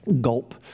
Gulp